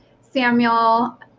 Samuel